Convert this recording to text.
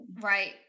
Right